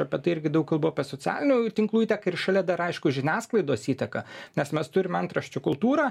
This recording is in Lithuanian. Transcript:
apie tai irgi daug kalbu apie socialinių tinklų įtaką ir šalia dar aišku žiniasklaidos įtaką nes mes turim antraščių kultūrą